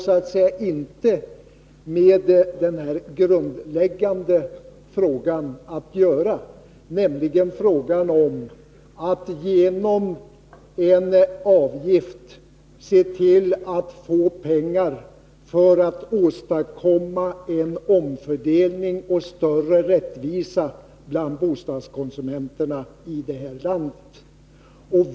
Men detta har inte med den grundläggande frågan att göra, nämligen att genom en avgift se till att få in pengar för att åstadkomma en omfördelning och större rättvisa bland bostadskonsumenterna i det här landet.